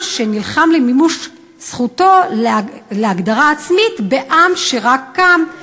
שנלחם למימוש זכותו להגדרה עצמית בעם שרק קם,